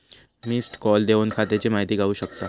missed call देवन खात्याची माहिती गावू शकता